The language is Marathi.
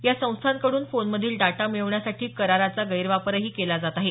या संस्थांकडून फोनमधील डाटा मिळवण्यासाठी कराराचा गैरवापरही केला जात आहे